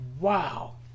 Wow